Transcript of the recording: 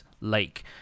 lake